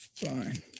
fine